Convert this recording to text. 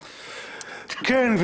תודה.